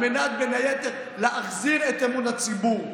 על מנת, בין היתר, להחזיר את אמון הציבור.